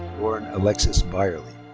alexis byerley.